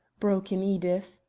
broke in edith.